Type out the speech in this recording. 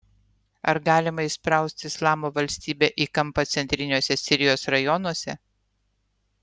ar galima įsprausti islamo valstybę į kampą centriniuose sirijos rajonuose